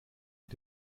mit